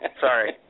Sorry